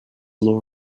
lord